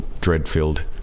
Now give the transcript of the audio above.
dread-filled